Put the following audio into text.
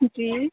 جی